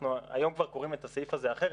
אנחנו היום כבר קוראים את הסעיף הזה אחרת.